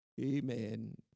Amen